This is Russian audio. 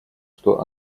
что